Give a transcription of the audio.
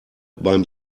beim